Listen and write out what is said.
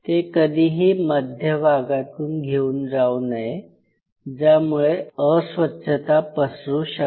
ते कधीही मध्यभागातून घेऊन जाऊ नये ज्यामुळे अस्वच्छता पसरू शकते